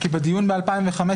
כי בדיון ב-2015,